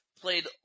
played